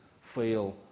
fail